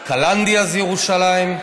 קלנדיה, זה ירושלים?